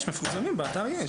יש, מפורסמים, באתר יש.